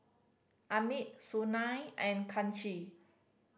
Amit Sunil and Kanshi